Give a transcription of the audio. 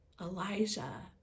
Elijah